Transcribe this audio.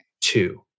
Two